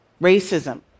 Racism